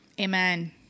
amen